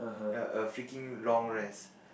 ya a freaking long rest